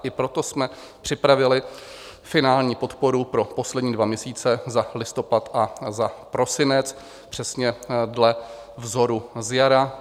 I proto jsme připravili finální podporu pro poslední dva měsíce, za listopad a za prosinec, přesně dle vzoru z jara.